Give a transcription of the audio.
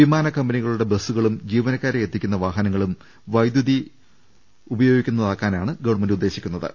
വിമാനക്കമ്പനി കളുടെ ബസുകളും ജീവനക്കാരെ എത്തിക്കുന്ന വാഹനങ്ങളും വൈദ്യുതി പ്രവർത്തിക്കുന്നതാക്കാനാണ് ഗവൺമെന്റ് ഉദ്ദേശിക്കുന്ന ത്